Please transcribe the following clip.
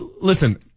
Listen